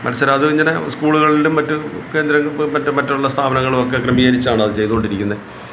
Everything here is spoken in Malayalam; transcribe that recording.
മത്സര അത് ഇങ്ങനെ സ്കൂളുകളിലും മറ്റും കേന്ദ്ര മറ്റും മറ്റുള്ള സ്ഥാപനങ്ങളുമൊക്കെ ക്രമീകരിച്ചാണത് ചെയ്തുണ്ടിരിക്കുന്നത്